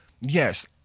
Yes